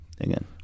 again